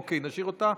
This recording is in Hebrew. אוקיי, נשאיר אותה.